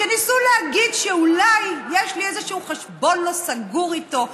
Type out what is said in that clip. ניסו להגיד שאולי יש לי איזשהו חשבון לא סגור איתו,